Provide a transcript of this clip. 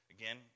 Again